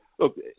Look